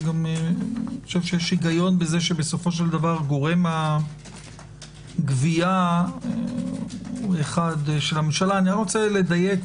אני חושב שיש היגיון בזה שגורם הגבייה של הממשלה אני רק רוצה לדייק,